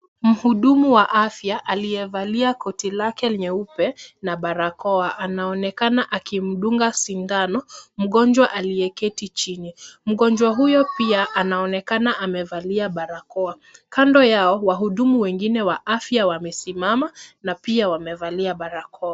Mhudumu wa afya aliyevalia koti lake nyeupe na barakoa anaonekana akimdunga sindano mgonjwa aliyeketi chini. Mgonjwa huyo pia anaonekana amevalia barakoa. Kando yao wahudumu wengine wa afya wamesimama na pia wamevalia barakoa.